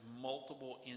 multiple